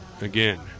Again